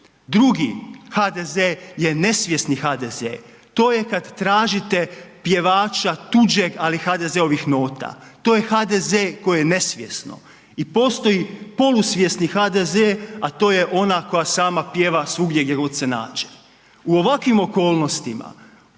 Drugi HDZ je nesvjesni HDZ. To je kad tražite pjevača tuđeg, ali HDZ-ovih nota. To je HDZ koji je nesvjesno i postoji polusvjesni HDZ, a to je ona koja sama pjeva svugdje gdje god se nađe. U ovakvim okolnostima